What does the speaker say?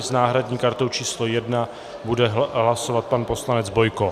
S náhradní kartou číslo 1 bude hlasovat pan poslanec Bojko.